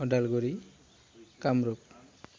Udalguri Kamrup